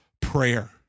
prayer